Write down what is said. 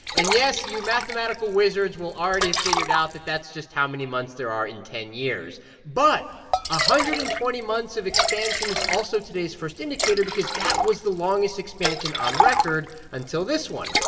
and, yes, you mathematical wizards will already have figured out that that's just how many months there are in ten years but one ah hundred and twenty months of expansion is also today's first indicator because that was the longest expansion on record until this one.